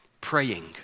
praying